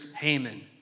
Haman